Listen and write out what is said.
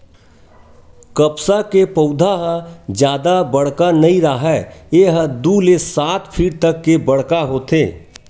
कपसा के पउधा ह जादा बड़का नइ राहय ए ह दू ले सात फीट तक के बड़का होथे